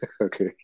Okay